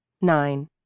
Nine